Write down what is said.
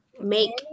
make